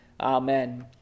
Amen